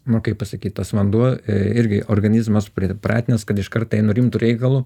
nu kaip pasakyt tas vanduo irgi organizmas pripratinęs kad iškart einu rimt reikalu